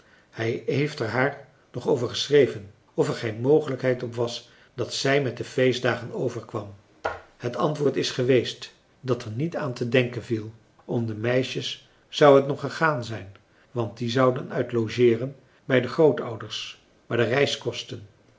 hij heeft er haar nog over geschreven of er geen mogelijkheid op was dat zij met de feestdagen overkwam het antwoord is geweest dat er niet aan te denken viel om de meisjes zou het nog gegaan zijn want die zouden uit logeeren bij de grootouders maar de reiskosten